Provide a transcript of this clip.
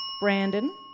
Brandon